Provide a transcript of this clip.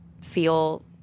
feel